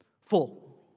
Full